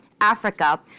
Africa